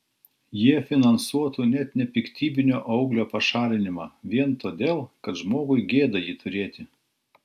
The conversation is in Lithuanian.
jie finansuotų net nepiktybinio auglio pašalinimą vien todėl kad žmogui gėda jį turėti